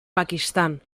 pakistan